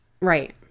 Right